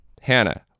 Hannah